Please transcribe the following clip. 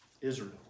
Israel